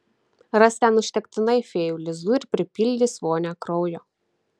ras ten užtektinai fėjų lizdų ir pripildys vonią kraujo